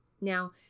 Now